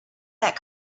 that